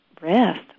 rest